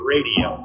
Radio